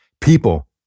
People